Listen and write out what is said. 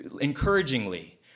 encouragingly